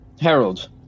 Harold